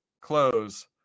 close